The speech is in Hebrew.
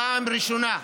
בפעם הראשונה,